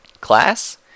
Class